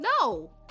No